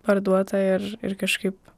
parduota ir ir kažkaip